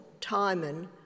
Timon